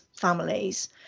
families